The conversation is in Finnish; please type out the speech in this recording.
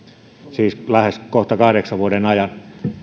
siis kohta lähes kahdeksan vuoden ajan